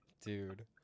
Dude